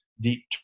deep